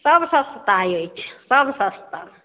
सब सस्ता अछि सब सस्ता